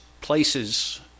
places